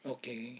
okay